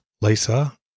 Lisa